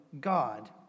God